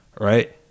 right